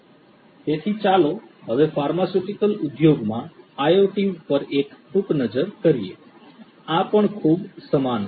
તેથી ચાલો હવે ફાર્માસ્યુટિકલ ઉદ્યોગમાં IoT પર એક ટૂંક નજર કરીએ આ પણ ખૂબ સમાન છે